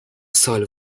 سال